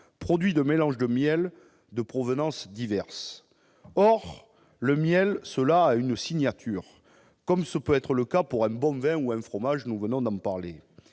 produit de mélange de miels de provenances diverses. Or le miel a une signature, comme ce peut être le cas pour un bon vin ou un fromage- nous venons d'en parler